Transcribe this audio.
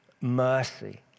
mercy